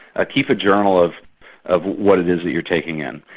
ah keep a journal of of what it is that you're taking in.